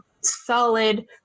solid